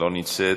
אינה נוכחת,